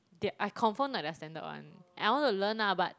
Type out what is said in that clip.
that I confirm not their standard one and I wanna learn lah but